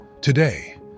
Today